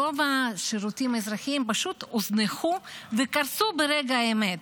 רוב השירותים האזרחיים פשוט הוזנחו וקרסו ברגע האמת.